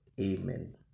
Amen